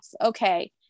Okay